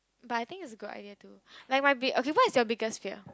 but I think it's a good idea to like might be okay what is your biggest fear